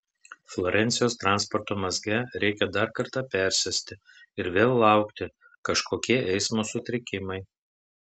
florencijos transporto mazge reikia dar kartą persėsti ir vėl laukti kažkokie eismo sutrikimai